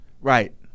Right